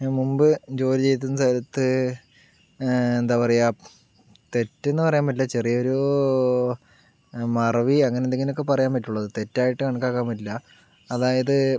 ഞാൻ മുൻപ് ജോലി ചെയ്തിരുന്ന സ്ഥലത്ത് എന്താ പറയുക തെറ്റ് എന്ന് പറയാൻ പറ്റില്ല ചെറിയൊരു മറവി അങ്ങനെന്തങ്കിലും ഒക്കെ പറയാൻ പറ്റുള്ളൂ തെറ്റായിട്ട് കണക്കാക്കാൻ പറ്റില്ല അതായത്